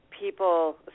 people